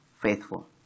faithful